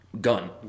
gun